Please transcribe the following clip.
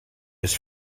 his